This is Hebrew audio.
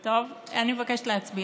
טוב, אני מבקשת להצביע.